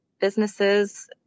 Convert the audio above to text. businesses